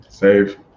Save